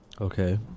Okay